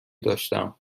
داشتم